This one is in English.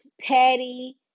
Patty